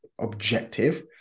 objective